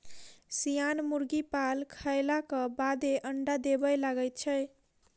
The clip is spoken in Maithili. सियान मुर्गी पाल खयलाक बादे अंडा देबय लगैत छै